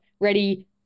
ready